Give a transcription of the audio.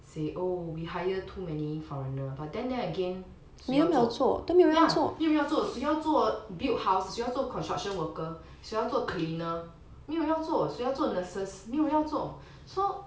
say oh we hire too many foreigner but then there again 谁要做 ya 没有人要做谁要做 build houses 谁要做 construction worker 谁要做 cleaner 没有人要做谁要做 nurses new 没有人要做 so